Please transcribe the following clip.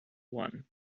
one